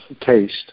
taste